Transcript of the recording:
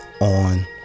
on